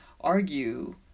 argue